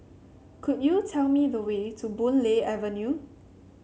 could you tell me the way to Boon Lay Avenue